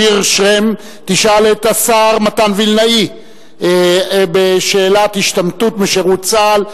שיר שרם תשאל את השר מתן וילנאי בשאלת השתמטות משירות צה"ל.